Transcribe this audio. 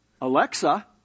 Alexa